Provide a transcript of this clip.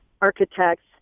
architects